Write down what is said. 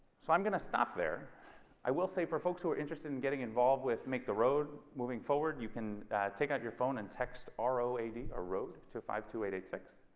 so i'm going to stop there i will say for folks who are interested in getting involved with make the road moving forward you can take out your phone and text r o eighty a road to five to eight six